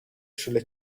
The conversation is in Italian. sulle